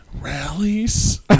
rallies